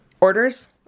orders